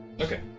Okay